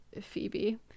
Phoebe